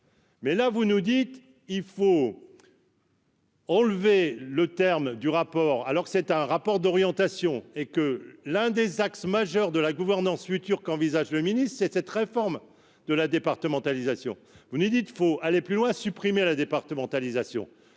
Mais là, vous nous dites : il faut. Enlevé le terme du rapport, alors c'est un rapport d'orientation et que l'un des axes majeurs de la gouvernance future qu'envisage le ministre, c'est cette réforme de la départementalisation, vous nous dites, faut aller plus loin, supprimer la départementalisation